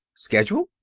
schedule!